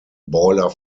boiler